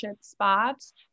spots